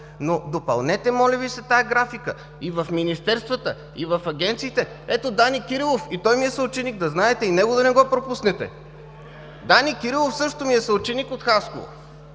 Допълнете, моля Ви се, тази графика. И в министерствата, и в агенциите… Ето, Дани Кирилов, и той ми е съученик, да знаете, и него да не го пропуснете. Дани Кирилов също ми е съученик от Хасково,